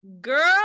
girl